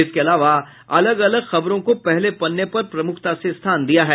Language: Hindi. इसके अलावा अलग अलग खबरों को पहले पन्ने पर प्रमुखता से स्थान दिया है